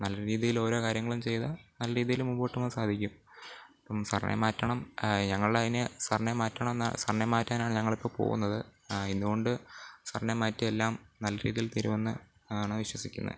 നല്ല രീതിയിൽ ഓരോ കാര്യങ്ങളും ചെയ്താൽ നല്ല രീതിയിൽ മുമ്പോട്ട് പോവാൻ സാധിക്കും സർനെയിം മാറ്റണം ഞങ്ങൾ അതിന് സർനെയിം മാറ്റണമെന്ന് സർനെയിം മാറ്റാനാണ് ഞങ്ങളിപ്പോൾ പോവുന്നത് ഇന്ന് കൊണ്ട് സർനെയിം മാറ്റി എല്ലാം നല്ല രീതിയിൽ തീരുമെന്ന് ആണ് വിശ്വസിക്കുന്നത്